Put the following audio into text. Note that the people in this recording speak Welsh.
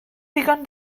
ddigon